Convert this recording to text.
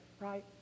right